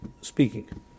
speaking